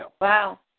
wow